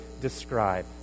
describe